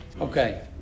Okay